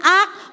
act